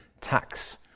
tax